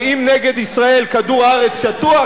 שאם נגד ישראל כדור הארץ שטוח,